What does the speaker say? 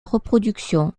reproduction